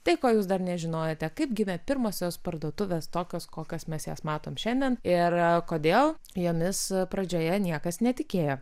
tai ko jūs dar nežinojote kaip gimė pirmosios parduotuvės tokios kokias mes jas matom šiandien ir kodėl jomis pradžioje niekas netikėjo